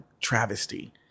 travesty